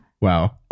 wow